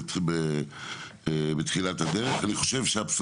ויד לכיס של